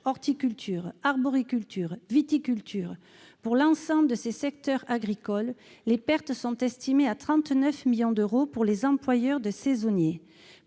horticulture, arboriculture, viticulture : pour l'ensemble de ces secteurs agricoles, les pertes sont estimées à 39 millions d'euros pour les employeurs de saisonniers.